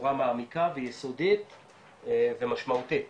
בצורה מעמיקה ויסודית ומשמעותית